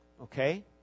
Okay